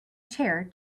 chair